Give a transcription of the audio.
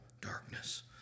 darkness